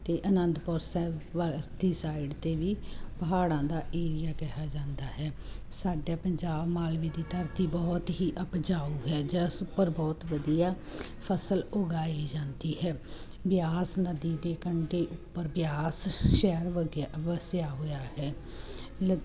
ਅਤੇ ਅਨੰਦਪੁਰ ਸਾਹਿਬ ਵੱਲ ਦੀ ਸਾਈਡ 'ਤੇ ਵੀ ਪਹਾੜਾਂ ਦਾ ਏਰੀਆ ਕਿਹਾ ਜਾਂਦਾ ਹੈ ਸਾਡੇ ਪੰਜਾਬ ਮਾਲਵੇ ਦੀ ਧਰਤੀ ਬਹੁਤ ਹੀ ਉਪਜਾਊ ਹੈ ਜਿਸ ਉੱਪਰ ਬਹੁਤ ਵਧੀਆ ਫਸਲ ਉਗਾਈ ਜਾਂਦੀ ਹੈ ਬਿਆਸ ਨਦੀ ਦੇ ਕੰਢੇ ਉੱਪਰ ਬਿਆਸ ਸ਼ਹਿਰ ਵਗਿਆ ਵਸਿਆ ਹੋਇਆ ਹੈ ਲ